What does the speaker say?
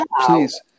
please